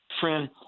Friend